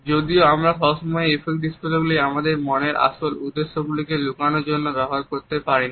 যদিও আমরা সবসময় এই এফেক্ট ডিসপ্লেগুলি আমাদের মনের আসল উদ্দেশ্য গুলি কে লুকানোর জন্য ব্যবহার করতে পারি না